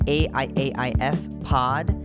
aiaifpod